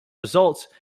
results